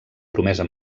promesa